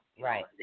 Right